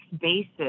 basis